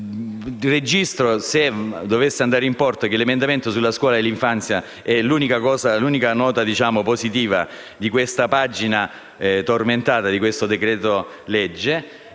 Registro, se dovesse andare in porto, che l'emendamento sulla scuola dell'infanzia è l'unica nota positiva di questa pagina tormentata del decreto-legge